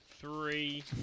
three